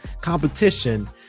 competition